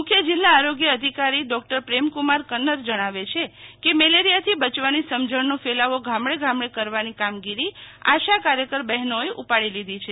મુખ્ય જિલ્લા આરોગ્ય અધિકારી ડોકટર પ્રેમકુમાર કન્નર જણાવે છે કે મલેરીયાથી બચવાની સમજણનો ફેલાવો ગામડે ગામડે કરવાની કામગીરી આશા કાર્યકર બહેનોએ ઉપડી લીધી છે